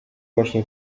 właśnie